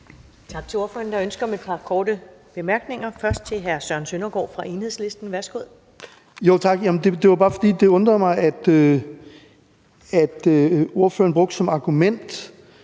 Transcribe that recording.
Tak til ordføreren. Der er ønske om et par korte bemærkninger. Først er det hr. Søren Søndergaard fra Enhedslisten. Værsgo. Kl. 15:22 Søren Søndergaard (EL): Tak. Det er bare, fordi det undrede mig, at ordføreren brugte som argument,